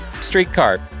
streetcar